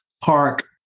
park